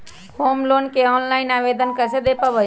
Home loan के online आवेदन कैसे दें पवई?